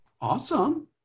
Awesome